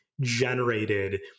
generated